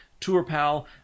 Tourpal